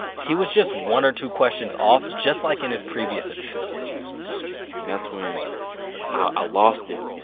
he was just one or two questions off, just like in his previous attempts and that's when i lost it.